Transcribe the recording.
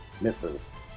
misses